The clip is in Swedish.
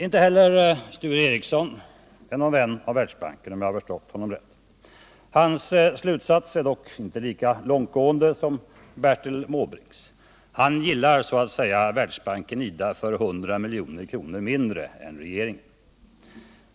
Inte heller Sture Ericson är någon vän av Världsbanken, om jag förstått honom rätt. Sture Ericsons slutsatser är dock inte lika långt gående som Bertil Måbrinks. Sture Ericson gillar så att säga att Världsbanken och IDA får 100 milj.kr. mindre än vad regeringen föreslagit.